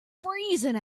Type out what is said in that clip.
freezing